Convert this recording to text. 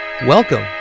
Welcome